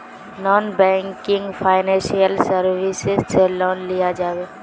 Non banking financial services से loan लिया जाबे?